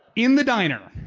in the diner,